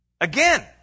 Again